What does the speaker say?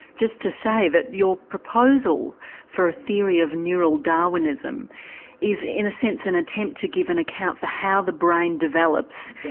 just to say that your proposal for a theory of neural darwinism is in a sense an attempt to give an account for how the brain develops,